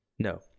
No